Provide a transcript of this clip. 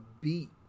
beat